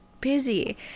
busy